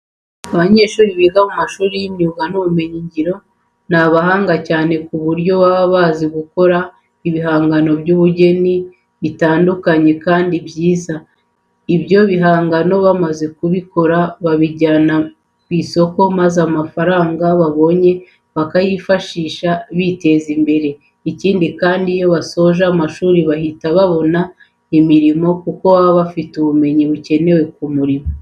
Abanyeshuri biga mu mashuri y'imyuga n'ubumenyingiro ni abahanga cyane ku buryo baba bazi gukora ibihangano by'ubugeni bitandukanyekandi byiza. Iyo ibyo bihangano bamaze kubikora babijyana ku isoko maza amafaranga babonye bakayifashisha biteza imbere. Ikindi kandi, iyo basoje amashuri bahita babona imirimo kuko baba bafite ubumenyi bukenewe ku murimo.